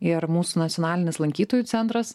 ir mūsų nacionalinis lankytojų centras